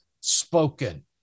spoken